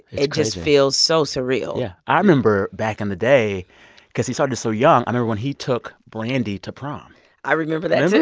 it just feels so surreal yeah, i remember back in the day because he started so young. i remember when he took brandy to prom i remember that,